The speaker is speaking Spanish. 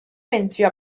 venció